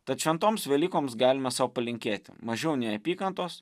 tad šventoms velykoms galime sau palinkėti mažiau neapykantos